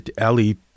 Ali